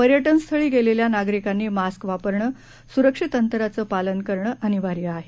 पर्यटनस्थळी गेलेल्या नागरिकांनी मास्क वापरणं सुरक्षित अंतराचं पालन करणं अनिर्वाय आहे